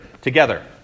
together